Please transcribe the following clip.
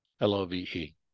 L-O-V-E